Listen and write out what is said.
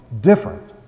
different